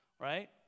right